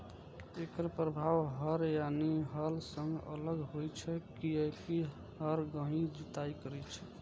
एकर प्रभाव हर यानी हल सं अलग होइ छै, कियैकि हर गहींर जुताइ करै छै